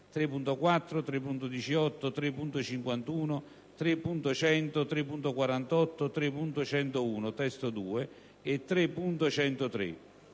3.4, 3.18, 3.51, 3.100, 3.48, 3.101 (testo 2) e 3.103.